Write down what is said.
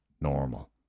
normal